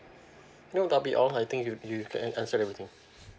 no that'll be all I think you you have answered everything